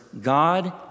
God